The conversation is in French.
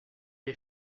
est